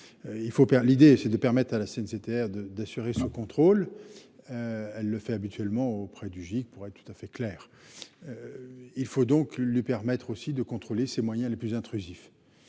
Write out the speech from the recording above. L'idée, c'est de permettre à la CNCTR de d'assurer ce contrôle. Elle le fait habituellement auprès du GIC pourrait tout à fait clair. Il faut donc lui permettre aussi de contrôler ses moyens les plus intrusif.